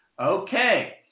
Okay